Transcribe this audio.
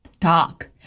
talk